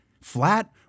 Flat